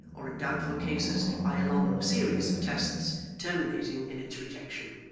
or in doubtful cases, by a long series of tests terminating in its rejection.